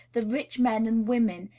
the rich men and women,